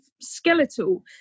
skeletal